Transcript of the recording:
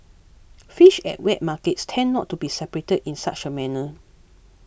fish at wet markets tend not to be separated in such a manner